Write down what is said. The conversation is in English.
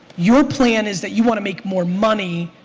your plan is that you want to make more money,